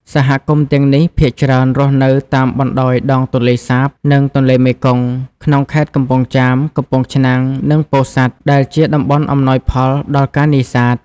សហគមន៍ទាំងនេះភាគច្រើនរស់នៅតាមបណ្តោយដងទន្លេសាប និងទន្លេមេគង្គ ក្នុងខេត្តកំពង់ចាម កំពង់ឆ្នាំង និងពោធិ៍សាត់ ដែលជាតំបន់អំណោយផលដល់ការនេសាទ។